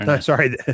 sorry